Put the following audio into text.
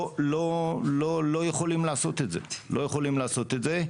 לא יכולים לעשות את זה.